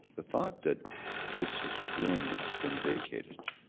thought that this is room that's been vacated,